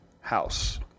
house